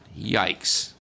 Yikes